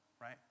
right